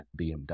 BMW